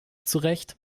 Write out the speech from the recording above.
zurecht